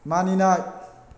मानिनाय